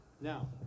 Now